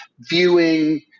viewing